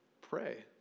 pray